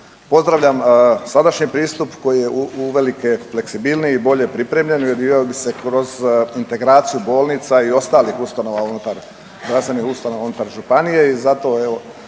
Pozdravljam sadašnji pristup koji je uvelike fleksibilniji i bolje pripremljen i odvijao bi se kroz integraciju bolnica i ostalih ustanova unutar